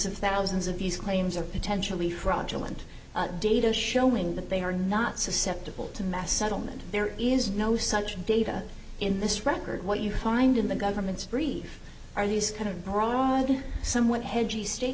of thousands of these claims are potentially fraudulent data showing that they are not susceptible to mass settlement there is no such data in this record what you find in the government's brief are these kind of somewhat hedgy state